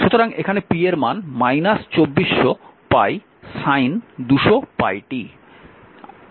সুতরাং এখানে p এর মান 2400π sin 200πt